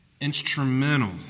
Instrumental